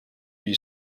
gli